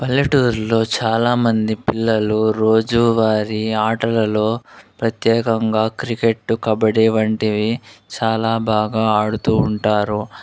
పల్లెటూర్లో చాలామంది పిల్లలు రోజూ వారి ఆటలలో ప్రత్యేకంగా క్రికెట్ కబడ్డీ వంటివి చాలా బాగా ఆడుతూ ఉంటారు